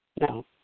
No